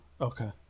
Okay